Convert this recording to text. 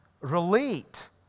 relate